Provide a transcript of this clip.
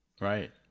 right